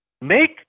Make